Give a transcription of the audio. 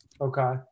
Okay